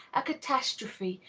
a catastrophe,